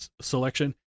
selection